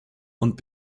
und